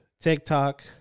TikTok